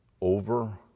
over